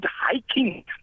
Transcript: hiking